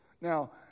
Now